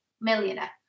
Millionaire